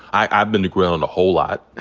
i've been grilling a whole lot.